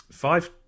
Five